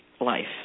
life